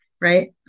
right